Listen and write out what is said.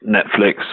Netflix